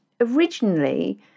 originally